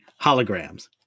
Holograms